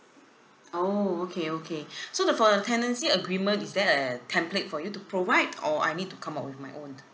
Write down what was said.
oh okay okay so the for the tenancy agreement is there a template for you to provide or I need to come out with my own